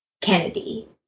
Kennedy